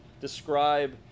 describe